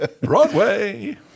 Broadway